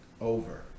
over